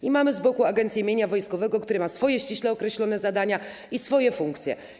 I mamy z boku Agencję Mienia Wojskowego, która ma swoje ściśle określone zadania i swoje funkcje.